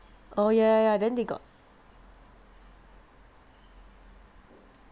oh ya ya ya then they got